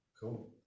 Cool